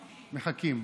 מחכים.